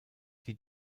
die